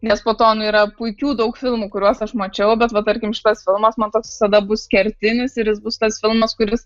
nes foton yra puikių daug filmų kuriuos aš mačiau bet va tarkim šitas filmas man toks visada bus kertinis ir jis bus tas filmas kuris